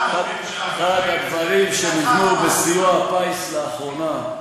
אחד הדברים שנבנו בסיוע הפיס לאחרונה,